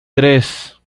tres